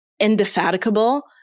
indefatigable